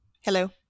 Hello